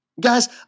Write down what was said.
Guys